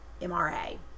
MRA